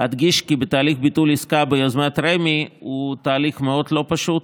אדגיש כי תהליך ביטול עסקה ביוזמת רמ"י הוא תהליך מאוד לא פשוט,